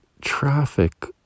traffic